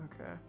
Okay